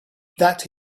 that